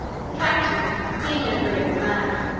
the captain being an agreeable man,